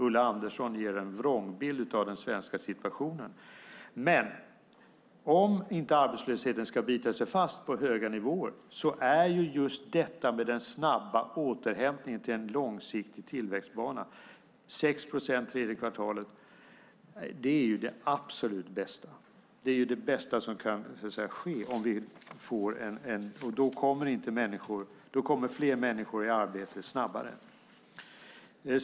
Ulla Andersson ger en vrångbild av den svenska situationen. Men om inte arbetslösheten ska bita sig fast på höga nivåer är just den snabba återhämtningen till en långsiktig tillväxtbana med 6 procent tredje kvartalet. Det är det absolut bästa som kan ske. Då kommer fler människor i arbete snabbare.